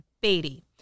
Beatty